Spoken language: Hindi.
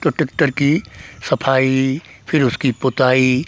तो टेक्टर की सफाई फ़िर उसकी पुताई